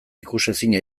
ikusezina